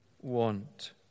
want